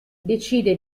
decide